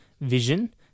vision